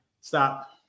stop